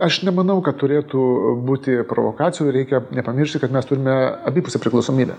aš nemanau kad turėtų būti provokacijų reikia nepamiršti kad mes turime abipusę priklausomybę